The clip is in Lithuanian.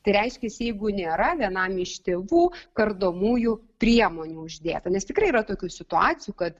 tai reiškias jeigu nėra vienam iš tėvų kardomųjų priemonių uždėta nes tikrai yra tokių situacijų kad